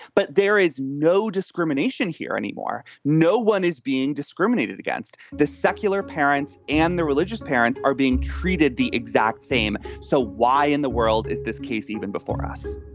but there is no discrimination here anymore. no one is being discriminated against. the secular parents and the religious parents are being treated the exact same. so why in the world is this case even before us?